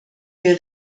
wir